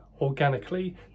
organically